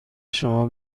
شما